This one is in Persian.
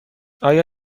آیا